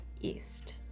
East